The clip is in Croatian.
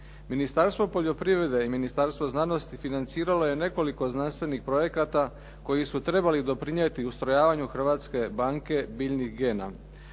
Ministarstvo poljoprivrede i Ministarstvo znanosti financiralo je nekoliko znanstvenih projekata koji su trebali doprinijeti ustrojavanju Hrvatske banke biljnih gena.